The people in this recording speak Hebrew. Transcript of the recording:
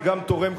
זה גם תורם,